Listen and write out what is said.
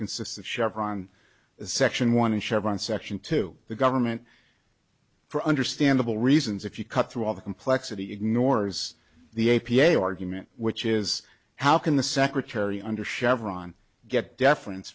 consists of chevron section one and chevron section two the government for understandable reasons if you cut through all the complexity ignores the a p a argument which is how can the secretary under chevron get deference